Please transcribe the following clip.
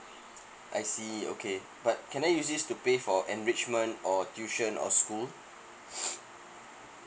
I see okay but can I use this to pay for enrichment or tuition or school